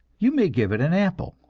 you may give it an apple,